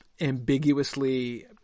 ambiguously